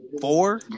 four